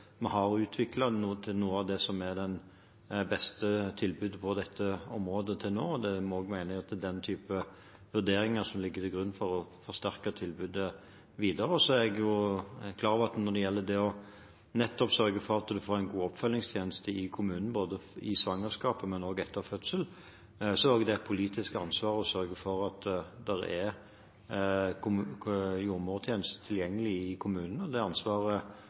har utviklet et av de beste tilbudene på dette området til nå. Jeg mener også at det er den typen vurderinger som må ligge til grunn for å forsterke tilbudet videre. Jeg er klar over at når det gjelder å sørge for at vi får en god oppfølgingstjeneste i kommunene, både i svangerskapet og etter fødselen, er det et politisk ansvar å sørge for at det er tilgjengelig jordmortjeneste i kommunene. Det ansvaret tar jeg og regjeringen ved både å innføre lovkrav om at det